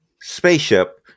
spaceship